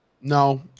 No